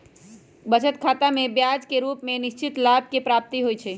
बचत खतामें ब्याज के रूप में निश्चित लाभ के प्राप्ति होइ छइ